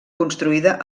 construïda